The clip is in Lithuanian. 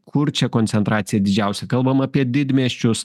kur čia koncentracija didžiausia kalbam apie didmiesčius